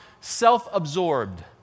self-absorbed